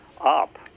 up